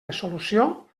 resolució